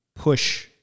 push